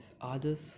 others